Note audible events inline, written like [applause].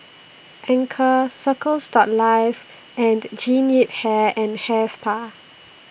Anchor Circles [noise] Life and Jean Yip Hair and Hair Spa